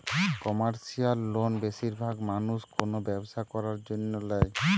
commercial loan বেশিরভাগ মানুষ কোনো ব্যবসা করার জন্য ল্যায়